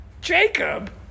Jacob